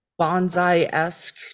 bonsai-esque